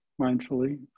mindfully